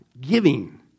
giving